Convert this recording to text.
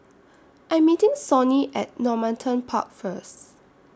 I Am meeting Sonny At Normanton Park First